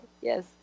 yes